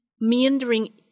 meandering